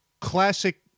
classic